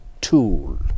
tool